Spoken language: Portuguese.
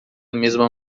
mesma